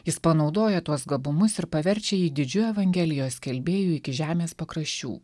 jis panaudoja tuos gabumus ir paverčia jį didžiu evangelijos skelbėju iki žemės pakraščių